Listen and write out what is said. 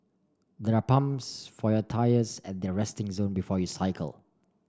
there are pumps for your tyres at the resting zone before you cycle